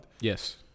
Yes